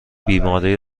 بیماری